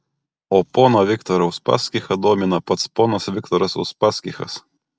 o poną viktorą uspaskichą domina pats ponas viktoras uspaskichas